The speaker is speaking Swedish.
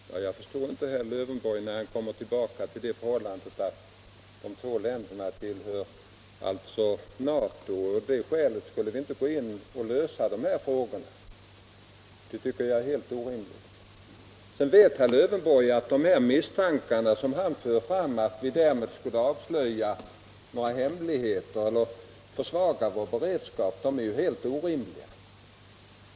Herr talman! Jag förstår inte herr Lövenborg när han kommer tillbaka till det förhållandet att de två länderna tillhör NATO och att vi av det skälet inte skulle gå in för att lösa dessa frågor. Det tycker jag är helt orimligt. Herr Lövenborg vet att de misstankar som han för fram, att vi därmed skulle avslöja några hemligheter eller försvaga vår beredskap, också är helt orimliga.